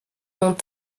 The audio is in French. dont